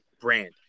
brand